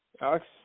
Alex